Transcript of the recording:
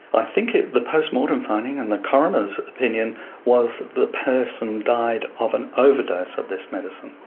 i think the post-mortem finding and the coroner's opinion was the person died of an overdose of this medicine.